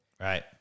Right